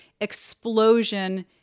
explosion